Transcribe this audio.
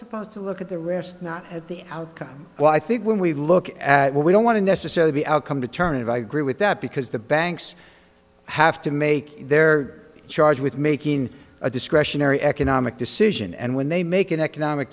supposed to look at the risk not at the outcome well i think when we look at what we don't want to necessarily be outcome determinative i agree with that because the banks have to make their charge with making a discretionary economic decision and when they make an economic